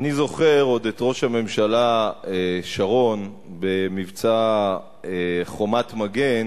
אני זוכר עוד את ראש הממשלה שרון במבצע "חומת מגן",